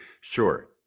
Sure